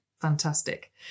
fantastic